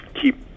keep